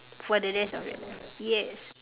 for the rest of your life yes